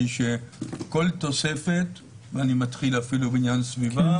שכל תוספת גוררת אפילו בעניין הסביבה